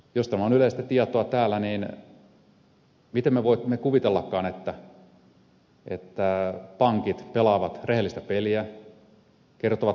jos tämä on yleistä tietoa täällä niin miten me voimme kuvitellakaan että pankit pelaavat rehellistä peliä kertovat meille tarvittavat tiedot